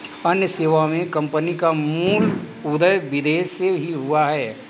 अन्य सेवा मे कम्पनी का मूल उदय विदेश से ही हुआ है